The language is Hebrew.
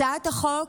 הצעת החוק